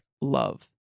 love